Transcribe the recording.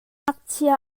ngakchia